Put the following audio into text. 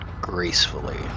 gracefully